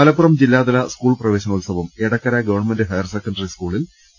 മലപ്പുറം ജില്ലാതല സ്കൂൾ പ്രവേശനോത്സവം Edakkara government higher secondary സ്കൂളിൽ പി